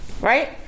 right